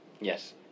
Yes